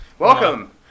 Welcome